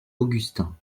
augustin